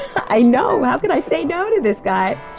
i know. how could i say no to this guy.